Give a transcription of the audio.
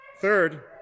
Third